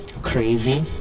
Crazy